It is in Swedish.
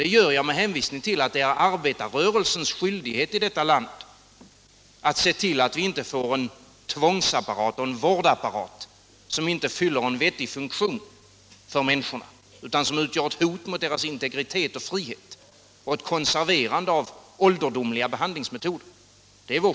Det är arbetarrörelsens skyldighet i detta land att se till att vi inte får en tvångsapparat och en vårdapparat som inte fyller en vettig funktion för människorna utan som utgör ett hot mot deras integritet och frihet och ett konserverande av ålderdomliga behandlingsmetoder.